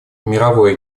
мировой